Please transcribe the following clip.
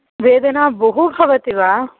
वेदना बहु भवति वा